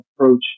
approach